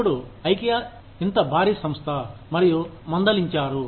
ఇప్పుడు ఐకియా ఇంత భారీ సంస్థ మరియు మందలించారు